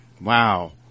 Wow